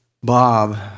Bob